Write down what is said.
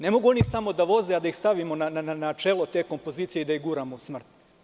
Ne mogu oni samo da voze, a da ih stavimo na čelo te kompozicije i da je guramo u smrt.